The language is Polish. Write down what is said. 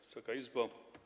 Wysoka Izbo!